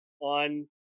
on